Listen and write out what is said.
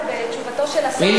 הכנסת גלאון.